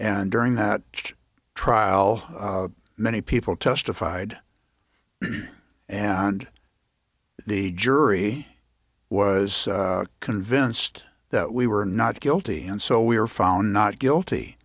and during that trial many people testified and the jury was convinced that we were not guilty and so we were found not guilty